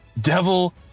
Devil